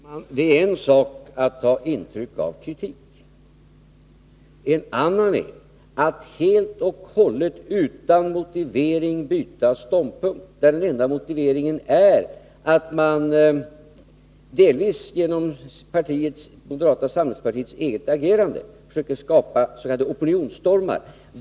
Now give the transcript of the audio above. Herr talman! Det är en sak att ta intryck av kritik och en annan att helt och hållet utan motivering byta ståndpunkt — den enda motiveringen är att man, delvis genom moderata samlingspartiets eget agerande, försöker skapa s.k. opinionsstormar.